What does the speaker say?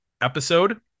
episode